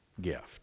gift